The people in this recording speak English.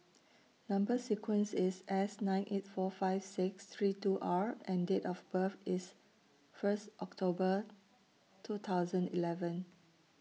Number sequence IS S nine eight four five six three two R and Date of birth IS First October two thousand eleven